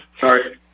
Sorry